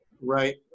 Right